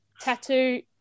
tattoo